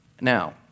Now